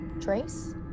Trace